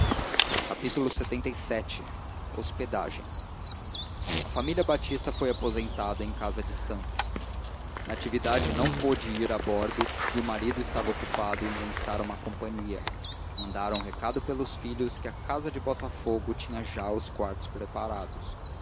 de restituir lxxvii hospedagem a família batista foi aposentada em casa de santos natividade não pôde ir a bordo e o marido estava ocupado em lançar uma companhia mandaram recado pelos filhos que a casa de botafogo tinha já os quartos preparados